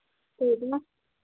ꯀꯩꯕꯥ